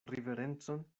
riverencon